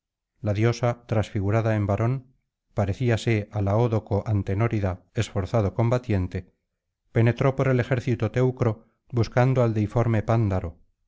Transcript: la diosa transfigurada en varón parecíase á laódoco antenórida esforzado combatiente penetró por el ejército teucro buscando al deiforme pándaro